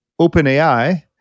OpenAI